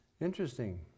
Interesting